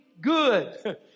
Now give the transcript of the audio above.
good